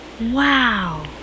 wow